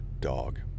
dog